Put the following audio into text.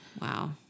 Wow